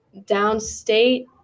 downstate